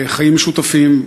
לחיים משותפים.